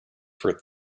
for